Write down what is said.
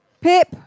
Pip